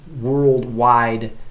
worldwide